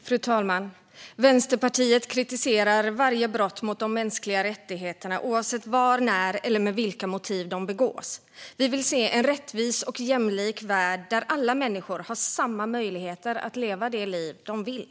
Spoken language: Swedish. Fru talman! Vänsterpartiet kritiserar varje brott mot de mänskliga rättigheterna oavsett var eller när de begås eller med vilka motiv de begås. Vi vill se en rättvis och jämlik värld där alla människor har samma möjligheter att leva det liv de vill.